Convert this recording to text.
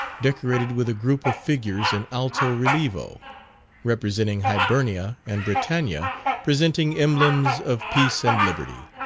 decorated with a group of figures in alto-relievo, representing hibernia and britannia presenting emblems of peace and liberty.